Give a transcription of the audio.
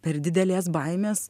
per didelės baimės